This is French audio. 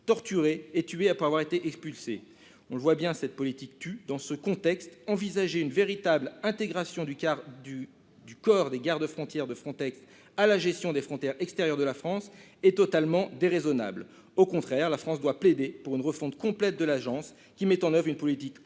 torturées et tuées après avoir été expulsées ... Cette politique tue. Dans ce contexte, envisager une véritable intégration du corps des garde-frontières de Frontex à la gestion des frontières extérieures de la France est totalement déraisonnable. Au contraire, la France doit plaider pour une refonte complète de l'agence, qui met en oeuvre une politique aussi